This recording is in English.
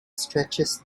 stretches